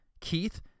Keith